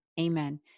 Amen